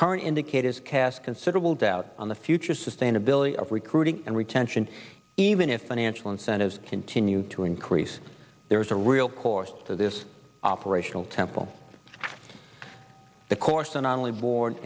current indicators cast considerable doubt on the future sustainability of recruiting and retention even if financial incentives continue to increase there is a real course to this operational temple the course and only board